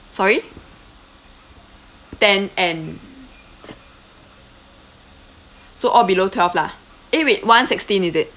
sorry ten and so all below twelve lah eh wait one sixteen is it